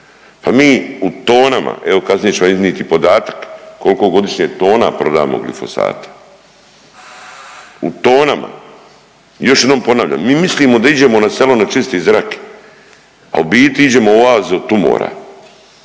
Pa mi u tonama, evo, kasnije ćemo iznijeti podatak, koliko godišnje tona prodamo glifosata, u tonama. I još jednom ponavljam, mi mislimo da iđemo na selo na čisti zrak, a u biti iđemo u oaze od tumora